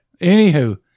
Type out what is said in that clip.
Anywho